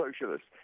socialists